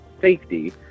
safety